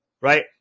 Right